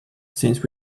since